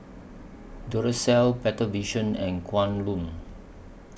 Duracell Better Vision and Kwan Loong